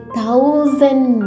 thousand